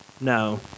No